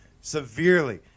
severely